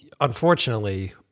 unfortunately